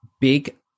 big